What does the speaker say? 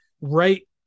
Right